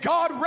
God